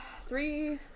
three